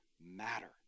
matter